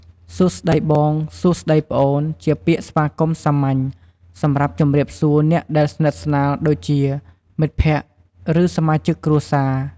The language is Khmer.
សួស្តីបង សួស្តីប្អូនជាពាក្យស្វាគមន៍សាមញ្ញ សម្រាប់ជម្រាបជូនអ្នកដែលស្និទ្ធស្នាល ដូចជា មិត្តភក្តិ ឬសមាជិកគ្រួសារ។